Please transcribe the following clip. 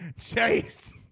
Chase